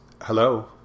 hello